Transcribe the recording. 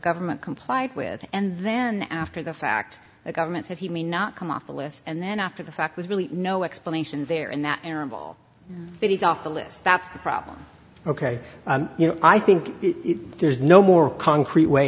government complied with and then after the fact the government said he may not come off the list and then after the fact is really no explanation there in that it is off the list that's the problem ok you know i think there's no more concrete way